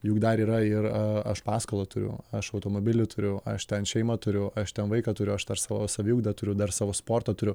juk dar yra ir aš paskolą turiu aš automobilį turiu aš ten šeimą turiu aš ten vaiką turiu aš dar savo saviugdą turiu dar savo sportą turiu